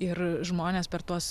ir žmonės per tuos